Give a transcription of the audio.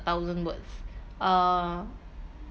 a thousand words uh